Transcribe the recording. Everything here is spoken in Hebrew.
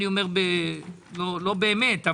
לא באמת.